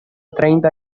treinta